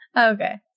okay